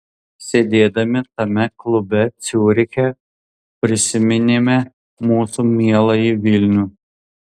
sėdėdami tame klube ciuriche prisiminėme mūsų mieląjį vilnių